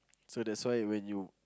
so that's why when you